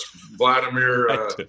Vladimir